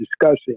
discussing